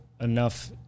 enough